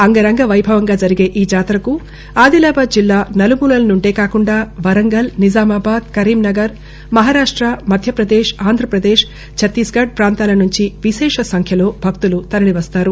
అంగరంగ వైభవంగా జరిగే ఈ జాతరకు ఆదిలాబాది జిల్లా నలుమూలల నుందే కాకుండా వరంగల్ నిజామాబాద్ కరీంనగర్ మహారాష్ట మధ్యప్రదేశ్ ఆంధ్రప్రదేశ్ చత్తీస్థ్ పాంతాల నుంచి విశేష సంఖ్యలో భక్తులు జాతరకు తరలి వస్తున్నారు